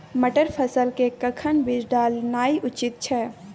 मटर फसल के कखन बीज डालनाय उचित छै?